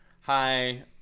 Hi